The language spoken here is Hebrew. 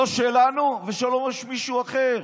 שלנו ולא של מישהו אחר.